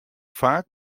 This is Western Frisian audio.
faak